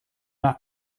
not